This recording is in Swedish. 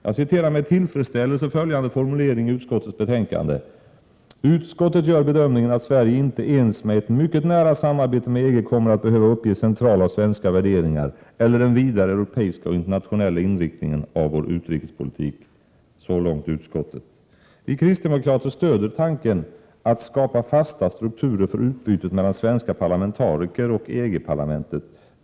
Jag citerar med tillfredsställelse följande formulering i utskottets betänkande: ”Utskottet gör bedömningen att Sverige inte ens med ett mycket nära samarbete med EG kommer att behöva uppge centrala svenska värderingar eller den vidare europeiska och internationella inriktningen av vår utrikespolitik.” Så långt utskottet. Vi kristdemokrater stöder tanken på att skapa fasta strukturer för utbytet mellan svenska parlamentariker och EG-parlamentet.